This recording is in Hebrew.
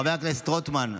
חבר הכנסת רוטמן,